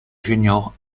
junior